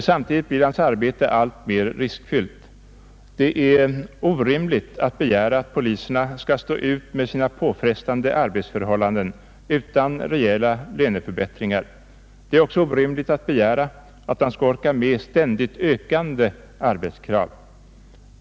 Samtidigt blir hans arbete alltmer riskfyllt. Det är orimligt att begära att poliserna skall stå ut med sina påfrestande arbetsförhållanden utan rejäla löneförbättringar. Det är också orimligt att begära att de skall orka med ständigt ökande arbetskrav.